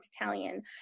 Italian